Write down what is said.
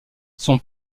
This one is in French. son